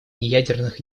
неядерных